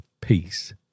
Peace